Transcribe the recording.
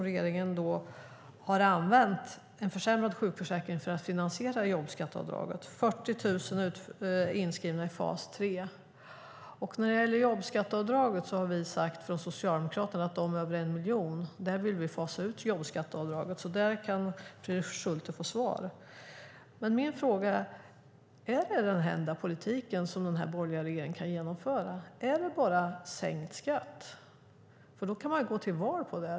Regeringen har använt en försämrad sjukförsäkring för att finansiera jobbskatteavdraget. 40 000 är inskrivna i fas 3. När det gäller jobbskatteavdraget har vi från Socialdemokraterna sagt att vi vill fasa ut jobbskatteavdraget för dem som tjänar över 1 miljon. Där kan alltså Fredrik Schulte få svar. Min fråga är: Är detta den enda politik den borgerliga regeringen kan genomföra? Är det bara sänkt skatt? Då kan man ju gå till val på det.